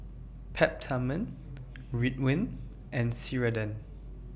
Peptamen Ridwind and Ceradan